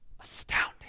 Astounding